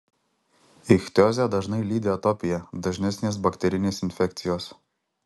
ichtiozę dažnai lydi atopija dažnesnės bakterinės infekcijos